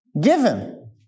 given